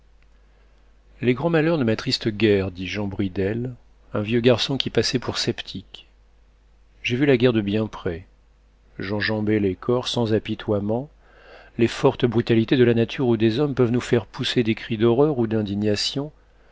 les grands malheurs ne m'attristent guère dit jean bridelle un vieux garçon qui passait pour sceptique j'ai vu la guerre de bien près j'enjambais les corps sans apitoiement les fortes brutalités de la nature ou des hommes peuvent nous faire pousser des cris d'horreur ou d'indignation